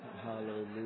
hallelujah